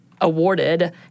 awarded